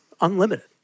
unlimited